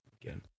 again